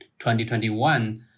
2021